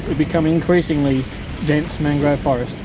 become increasingly dense mangrove forest